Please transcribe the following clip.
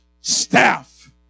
staff